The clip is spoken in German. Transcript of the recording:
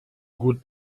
gut